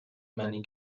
many